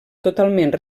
totalment